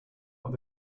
are